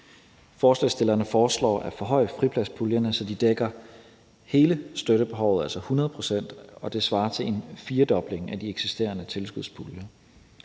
Forslagsstillerne foreslår at forhøje fripladspuljerne, så de dækker hele støttebehovet, altså 100 pct., og det svarer til en firedobling af de eksisterende tilskudspuljer.